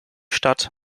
stadt